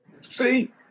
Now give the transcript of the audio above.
See